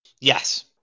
Yes